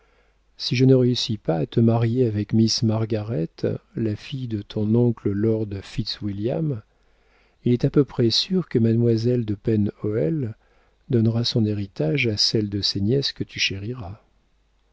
si je ne réussis pas à te marier avec miss margaret la fille de ton oncle lord fitz william il est à peu près sûr que mademoiselle de pen hoël donnera son héritage à celle de ses nièces que tu chériras